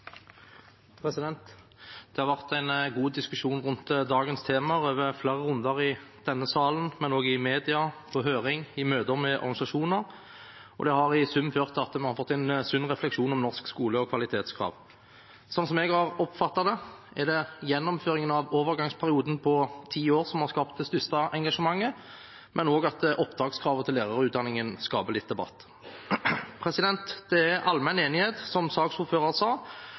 til. Det har vært en god diskusjon om dagens tema, med flere runder i denne salen, men også i media, på høring og i møter med organisasjoner, og det har i sum ført til at vi har fått en sunn refleksjon over norsk skole og kvalitetskrav. Slik som jeg har oppfattet det, er det gjennomføringen av overgangsperioden på ti år som har skapt det største engasjementet, men også opptakskravet til lærerutdanningen skaper litt debatt. Det er allmenn enighet, som saksordføreren sa,